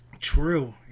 true